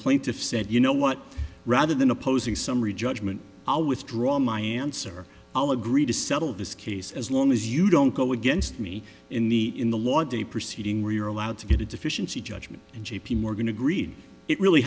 plaintiff said you know what rather than opposing summary judgment i'll withdraw my answer i'll agree to settle this case as long as you don't go against me in the in the law day proceeding where your allowed to get a deficiency judgment and j p morgan agreed it really